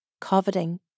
coveting